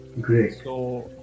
Great